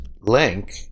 link